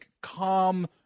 calm